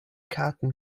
karten